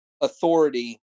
authority